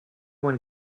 one